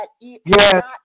yes